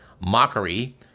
mockery